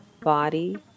body